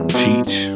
cheech